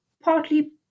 partly